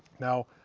now,